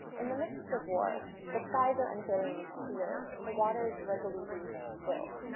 in the midst of war, the skies are unfailingly clear, the waters resolutely still,